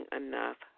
enough